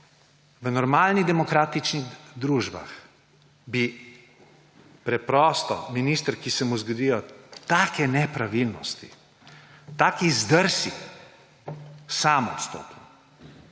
V normalnih demokratičnih družbah bi preprosto minister, ki se mu zgodijo take nepravilnosti, taki zdrsi, sam odstopil.